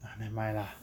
ah never mind lah